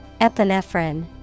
Epinephrine